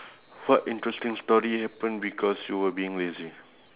what interesting story happen because you were being lazy